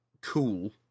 cool